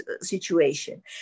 situation